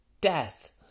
death